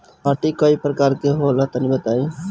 माटी कै प्रकार के होला तनि बताई?